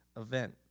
event